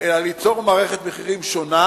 אלא ליצור מערכת מחירים שונה,